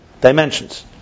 Dimensions